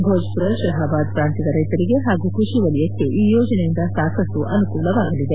ಭೋಜ್ಪುರ ಶಹಬಾದ್ ಪ್ರಾಂತ್ಯದ ರೈತರಿಗೆ ಹಾಗೂ ಕೃಷಿ ವಲಯಕ್ಕೆ ಈ ಯೋಜನೆಯಿಂದ ಸಾಕಷ್ಟು ಅನುಕೂಲವಾಗಲಿದೆ